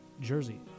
Jersey